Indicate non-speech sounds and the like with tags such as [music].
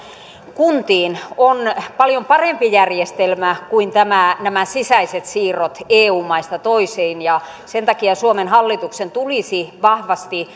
kuntiin on paljon parempi järjestelmä kuin nämä sisäiset siirrot eu maista toisiin sen takia suomen hallituksen tulisi vahvasti [unintelligible]